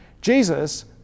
Jesus